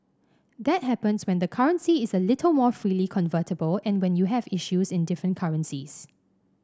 that happens when the currency is a little more freely convertible and when you have issues in different currencies